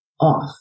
off